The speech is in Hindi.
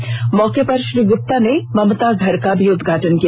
इस मौके पर श्री गुप्ता ने ममता घर का भी उदघाटन किया